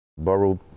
Burrow